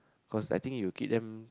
cause I think you keep them